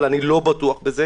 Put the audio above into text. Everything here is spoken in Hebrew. איני בטח בזה.